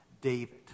David